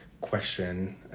question